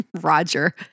Roger